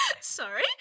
Sorry